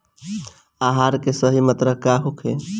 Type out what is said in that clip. आहार के सही मात्रा का होखे?